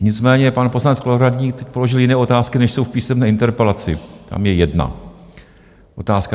Nicméně pan poslanec Kolovratník položil jiné otázky, než jsou v písemné interpelaci, tam je jedna otázka.